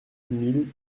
mille